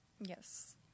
Yes